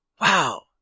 Wow